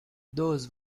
those